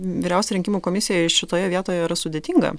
vyriausia rinkimų komisijai šitoje vietoje yra sudėtinga